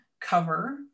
cover